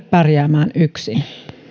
pärjäämään yksin